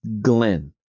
Glen